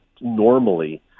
normally